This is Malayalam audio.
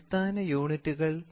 പദാർത്ഥത്തിന്റെ അളവ് - മോൾ 6